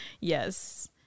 Yes